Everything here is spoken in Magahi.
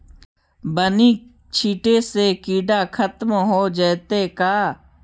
बानि छिटे से किड़ा खत्म हो जितै का?